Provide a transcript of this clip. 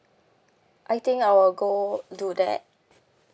I think I will go do that